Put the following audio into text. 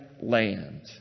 land